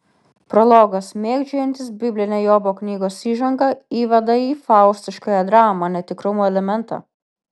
prologas mėgdžiojantis biblinę jobo knygos įžangą įveda į faustiškąją dramą netikrumo elementą